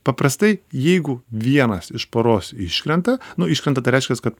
paprastai jeigu vienas iš poros iškrenta nu iškrenta tai reiškias kad